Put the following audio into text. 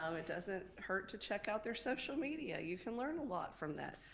um it doesn't hurt to check out their social media, you can learn a lot from that.